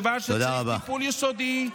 זה דבר שצריך טיפול יסודי,